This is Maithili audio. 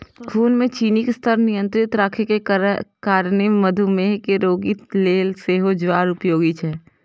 खून मे चीनीक स्तर नियंत्रित राखै के कारणें मधुमेह के रोगी लेल सेहो ज्वार उपयोगी छै